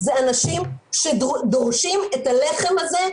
אלה אנשים שדורשים את הלחם הזה,